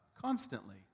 constantly